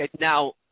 Now